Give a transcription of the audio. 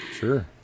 Sure